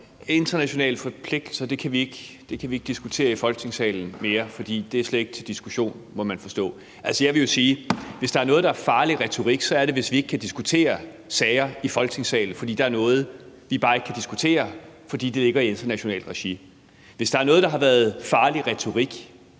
internationale forpligtelser kan vi ikke diskutere i Folketingssalen mere, for det er slet ikke til diskussion, må man forstå. Jeg vil jo sige, at hvis der er noget, der er farlig retorik, så er det, hvis vi ikke kan diskutere sager i Folketingssalen, fordi der er noget, vi bare ikke kan diskutere, fordi det ligger i internationalt regi. Hvis der er noget, der har været »farlig retorik«